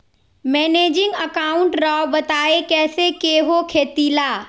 Managing account राव बताएं कैसे के हो खेती ला?